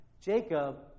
Jacob